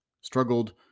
struggled